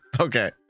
okay